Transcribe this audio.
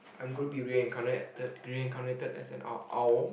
I'm going to be reincarnated reincarnated as an ow~ owl